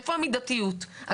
איפה המידתיות?